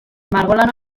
margolan